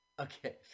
okay